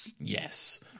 Yes